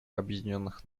объединенных